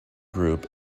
group